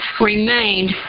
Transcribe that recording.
remained